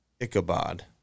Ichabod